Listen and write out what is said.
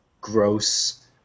gross